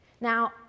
Now